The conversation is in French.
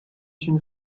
une